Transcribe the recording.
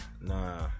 nah